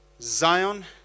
zion